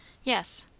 yes.